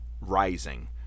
Rising